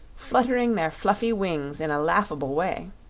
fluttering their fluffy wings in a laughable way.